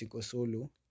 Solo